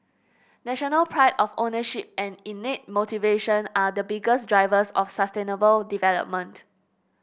national pride of ownership and innate motivation are the biggest drivers of sustainable development